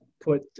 put